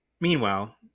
Meanwhile